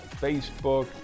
Facebook